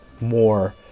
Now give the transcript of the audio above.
more